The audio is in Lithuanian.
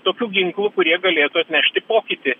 tokių ginklų kurie galėtų atnešti pokytį